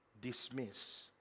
dismiss